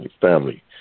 family